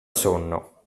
sonno